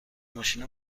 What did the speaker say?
ماشین